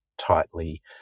tightly